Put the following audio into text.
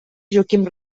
joaquim